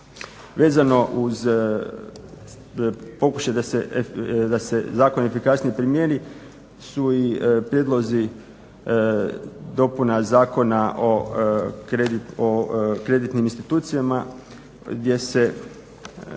Vezano uz pokušaj da se zakon efikasnije primijeni su i prijedlozi dopuna Zakona o kreditnim institucijama gdje se